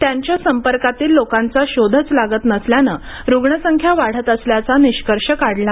त्यांच्या संपर्कातील लोकांचा शोधच लागत नसल्याने रुग्णसंख्या वाढत असल्याचा निष्कर्ष काढला आला